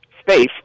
space